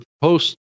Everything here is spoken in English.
post